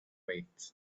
wait